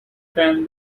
tan